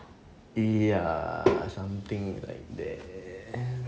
ya something like that